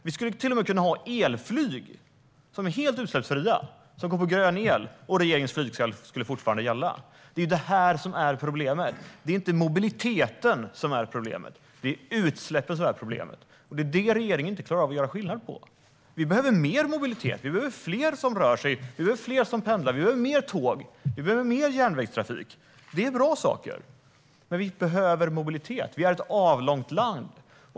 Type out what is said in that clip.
Till och med om vi skulle ha elflyg som är helt utsläppsfria och går på grön el skulle regeringens flygskatt fortfarande gälla. Det är detta som är problemet. Det är inte mobiliteten som är problemet, utan det är utsläppen som är problemet. Det är detta som regeringen inte klarar av att göra skillnad på. Vi behöver mer mobilitet. Vi behöver fler som rör sig, fler som pendlar, fler tåg och mer järnvägstrafik - det är bra saker. Vi behöver mobilitet; vi är ett avlångt land.